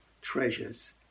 treasures